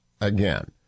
again